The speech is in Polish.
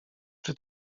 czy